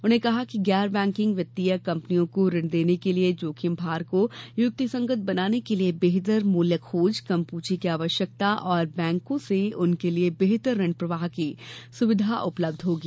उन्होंने कहा कि गैर बैंकिंग वित्तीय कंपनियों को ऋण देने के लिए जोखिम भार को युक्तिसंगत बनाने के लिए बेहतर मूल्य खोज कम पूंजी की आवश्यकता और बैंकों से उनके लिए बेहतर ऋण प्रवाह की सुविधा उपलब्ध होगी